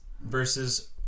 versus